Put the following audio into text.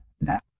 Now